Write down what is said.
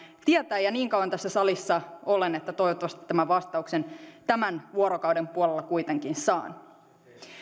tietää ja niin kauan tässä salissa olen että toivottavasti tämän vastauksen tämän vuorokauden puolella kuitenkin saan